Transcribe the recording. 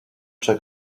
cze